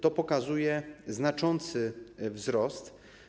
To pokazuje znaczący wzrost.